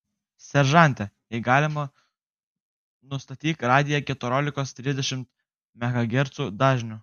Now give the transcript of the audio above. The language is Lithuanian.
seržante jei galima nustatyk radiją keturiolikos trisdešimt megahercų dažniu